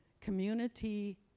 community